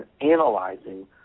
analyzing